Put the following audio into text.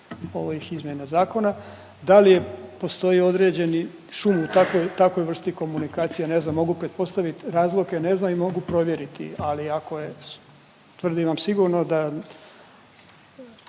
ovih izmjena zakona. Da li je postoji određeni šum u takvoj vrsti komunikacije, ne znam, mogu pretpostaviti razloge .../Govornik se ne razumije./... i mogu provjeriti, ali ako je, tvrdim vam sigurno da